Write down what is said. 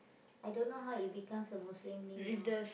I don't know how it becomes a Muslim name now